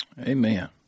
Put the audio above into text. Amen